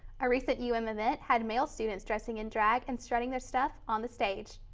a recent u m event had male students dressing in drag and strutting their stuff on the stage.